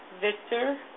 Victor